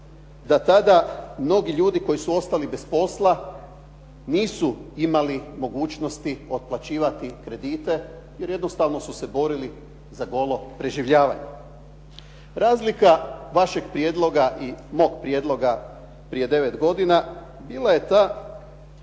da tada mnogi ljudi koji su ostali bez posla nisu imali mogućnosti otplaćivati kredite jer jednostavno su se borili za golo preživljavanje. Razlika vašeg prijedloga i mog prijedloga prije devet godina bila je ta